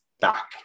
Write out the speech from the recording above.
back